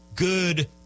good